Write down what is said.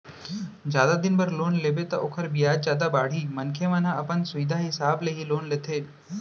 जादा दिन बर लोन लेबे त ओखर बियाज जादा बाड़ही मनखे मन ह अपन सुबिधा हिसाब ले ही लोन लेथे